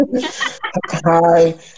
Hi